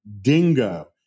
DINGO